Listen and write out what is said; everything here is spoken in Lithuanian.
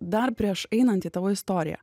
dar prieš einant į tavo istoriją